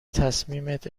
تصمیمت